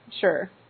sure